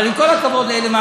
אבל עם כל הכבוד לאלה,